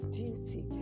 duty